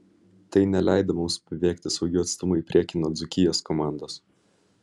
tai neleido mums pabėgti saugiu atstumu į priekį nuo dzūkijos komandos